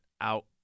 out